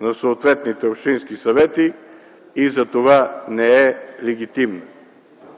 на съответните общински съвети и затова не е легитимна.